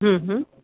हं हं